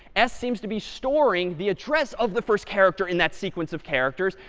s seems to be storing the address of the first character in that sequence of characters.